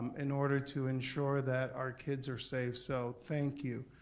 in order to ensure that our kids are safe, so thank you.